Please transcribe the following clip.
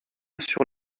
sur